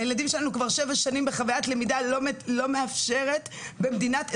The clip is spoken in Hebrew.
הילדים שלנו כבר שבע שנים בחוויית למידה לא מאפשרת במדינת ישראל,